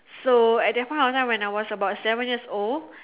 so at that point of time when I was about seven years old